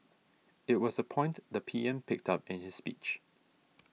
it was a point the P M picked up in his speech